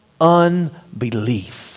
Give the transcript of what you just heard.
unbelief